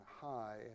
high